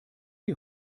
die